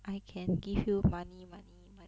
I can give you money money money